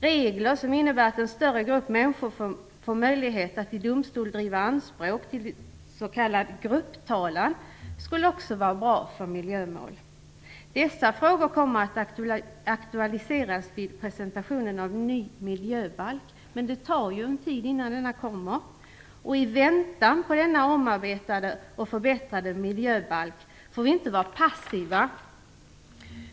Regler som innebär att en större grupp människor får möjlighet att i domstol driva anspråk till s.k. grupptalan skulle också vara bra för miljömål. Dessa frågor kommer att aktualiseras vid presentationen av ny miljöbalk, men det tar en tid innan den kommer. I väntan på denna omarbetade och förbättrade miljöbalk får vi inte vara passiva.